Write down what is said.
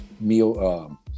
meal